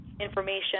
information